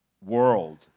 world